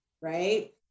right